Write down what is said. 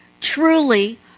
truly